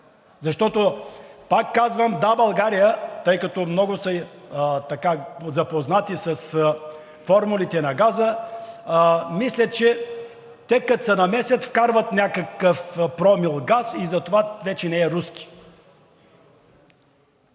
Защото, пак казвам, „Да, България“, тъй като много са запознати с формулите на газа, мислят, че те, като се намесят, вкарват някакъв промил газ и затова вече не е руски.